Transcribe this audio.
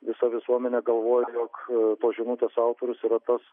visa visuomenė galvoja jog tos žinutės autorius yra tas